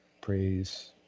praise